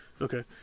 Okay